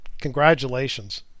congratulations